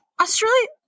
Australia